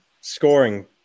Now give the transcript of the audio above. scoring